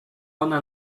ona